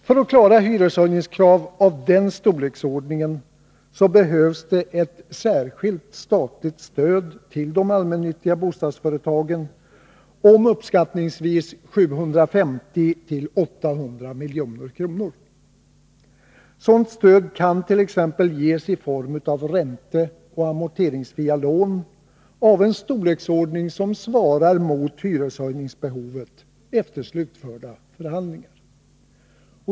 För att klara hyreshöjningskrav av den storleksordningen behövs ett särskilt statligt stöd till de allmännyttiga bostadsföretagen om uppskattningsvis 750-800 milj.kr. Sådant stöd kan t.ex. ges i form av ränteoch amorteringsfria lån av en storleksordning som svarar mot hyreshöjningsbehovet efter slutförda förhandlingar.